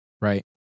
Right